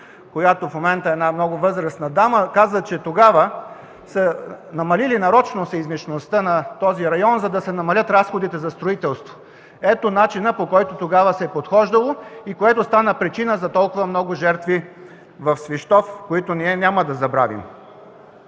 която в момента е много възрастна дама, казва, че тогава нарочно са намалили сеизмичността на този район, за да се намалят разходите за строителство. Ето начина, по който тогава се е подхождало и което става причина за толкова много жертви в Свищов, които ние няма да забравим!